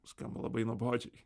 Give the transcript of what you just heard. skamba labai nuobodžiai